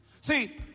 See